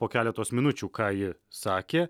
po keleto minučių ką ji sakė